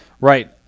Right